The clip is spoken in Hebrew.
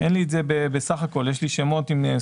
אין לי את זה בסך הכול, יש לי שמות עם סכומים.